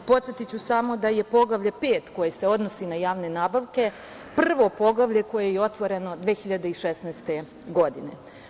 Podsetiću samo da je Poglavlje 5 koje se odnosi na javne nabavke prvo poglavlje koje je otvoreno 2016. godine.